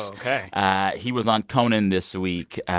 ok he was on conan this week,